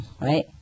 right